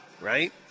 right